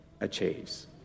achieves